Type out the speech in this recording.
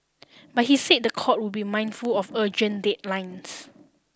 but he said the court would be mindful of urgent deadlines